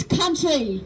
country